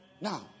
Now